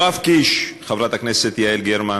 יואב קיש, חברת הכנסת יעל גרמן,